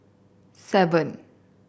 seven